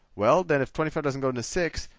well, then if twenty five doesn't go into six,